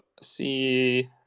See